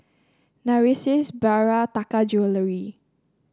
Narcissus Bia Taka Jewelry